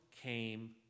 came